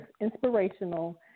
inspirational